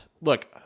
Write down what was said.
look